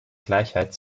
gleichheit